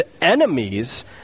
enemies